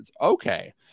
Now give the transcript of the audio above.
Okay